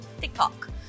Tiktok